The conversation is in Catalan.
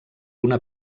una